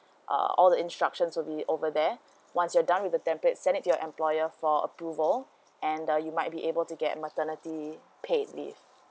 uh all the instruction will be over there once you've done with the template send it to your employer for approval and uh you might be able to get maternity paid leave